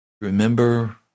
remember